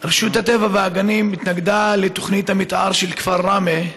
רשות הטבע והגנים התנגדה לתוכנית המתאר של הכפר ראמה.